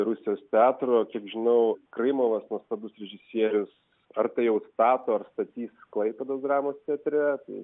rusijos teatro kiek žinau krymovas nuostabus režisierius ar tai jau stato ar statys klaipėdos dramos teatre tai